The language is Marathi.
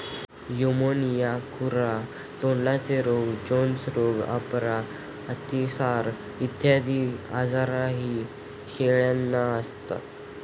न्यूमोनिया, खुरा तोंडाचे रोग, जोन्स रोग, अपरा, अतिसार इत्यादी आजारही शेळ्यांना होतात